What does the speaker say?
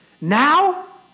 Now